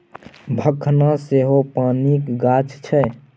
भखना सेहो पानिक गाछ छै